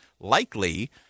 likely